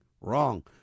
wrong